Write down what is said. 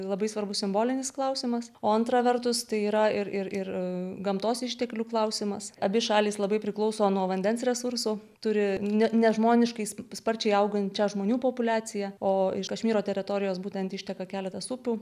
labai svarbus simbolinis klausimas o antra vertus tai yra ir ir gamtos išteklių klausimas abi šalys labai priklauso nuo vandens resursų turi nežmoniškai sparčiai augančią žmonių populiaciją o iš kašmyro teritorijos būtent išteka keletas upių